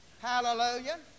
Hallelujah